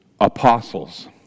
apostles